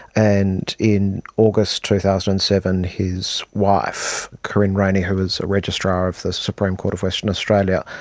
and in august two thousand and seven his wife corryn rayney, who was a registrar of the supreme court of western australia,